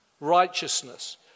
righteousness